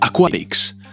Aquatics